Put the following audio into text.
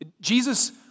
Jesus